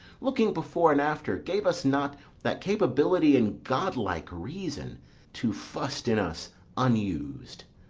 looking before and after, gave us not that capability and godlike reason to fust in us unus'd.